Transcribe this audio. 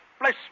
Bless